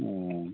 ᱚᱻ